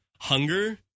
hunger